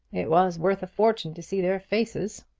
it was worth a fortune to see their faces!